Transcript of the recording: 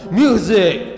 music